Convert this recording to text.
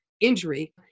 injury